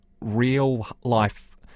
real-life